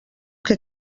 que